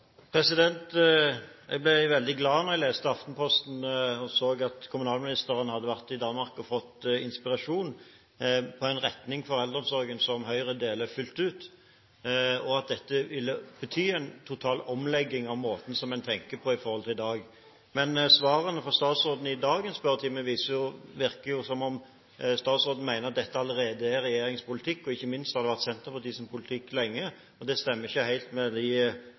fått inspirasjon til en retning for eldreomsorgen som Høyre deler fullt ut. Det vil bety en total omlegging av måten som man tenker på i forhold til i dag. Men ut fra svarene til statsråden i dagens spørretime virker det som om hun mener at dette allerede er regjeringens politikk, og at det ikke minst har vært Senterpartiets politikk lenge. Det stemmer ikke helt med